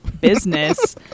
business